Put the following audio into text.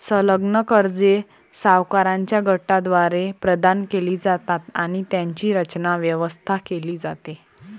संलग्न कर्जे सावकारांच्या गटाद्वारे प्रदान केली जातात आणि त्यांची रचना, व्यवस्था केली जाते